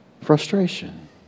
frustration